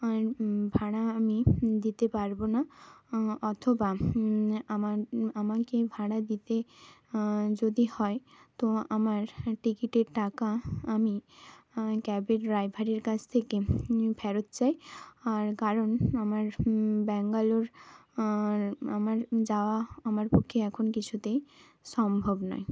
আর ভাড়া আমি দিতে পারবো না অথবা আমার আমাকে ভাড়া দিতে যদি হয় তো আমার টিকিটের টাকা আমি ক্যাবের ড্রাইভারের কাছ থেকে ফেরত চাই আর কারণ আমার ব্যাঙ্গালোর আর আমার যাওয়া আমার পক্ষে এখন কিছুতেই সম্ভব নয়